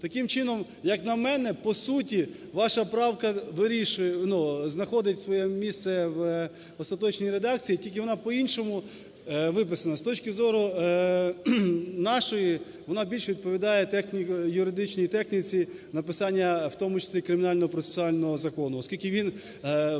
Таким чином, як на мене, по суті ваша правка вирішує, знаходить своє місце в остаточній редакції, тільки вона по-іншому виписана. З точки зору нашої, вона більш відповідає техніко-юридичній техніці написання, в тому числі кримінально-процесуального закону, оскільки він в багатьох